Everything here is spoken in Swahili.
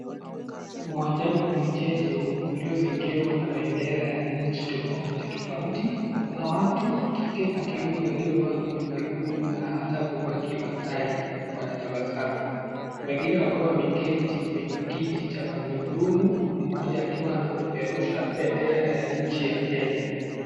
Uwanjani pa michezo uliozingirwa na bendera ya nchi tofauti tofauti. Kuna watu, kike na kiume waliovaa nguo nyekundu na ata kuvaa kimasai wanatabasamu wengine wakiwa wameketi kwenye kiti cha magurudumu mmoja akiwa anapeperusha bendera ya nchi ya Kenya.